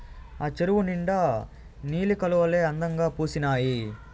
ఆ చెరువు నిండా నీలి కలవులే అందంగా పూసీనాయి